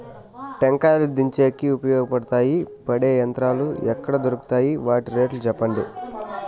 టెంకాయలు దించేకి ఉపయోగపడతాయి పడే యంత్రాలు ఎక్కడ దొరుకుతాయి? వాటి రేట్లు చెప్పండి?